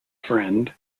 friend